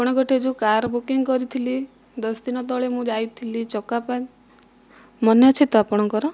ଆପଣ ଗୋଟିଏ ଯେଉଁ କାର୍ ବୁକିଂ କରିଥିଲି ଦଶ ଦିନ ତଳେ ମୁଁ ଯାଇଥିଲି ଚକାପାଦ ମନେ ଅଛି ତ ଆପଣଙ୍କର